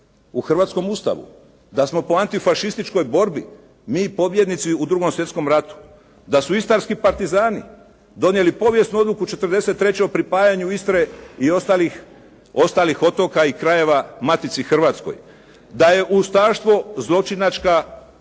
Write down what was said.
u hrvatskom Ustavu. Da smo po antifašističkoj borbi mi pobjednici u Drugom svjetskom ratu. Da su istarski partizani donijeli povijesnu odluku 1943. o pripajanju Istre i ostalih otoka i krajeva Matici Hrvatskoj. Da je ustaštvo zločinačka Pavelićeva